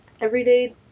everyday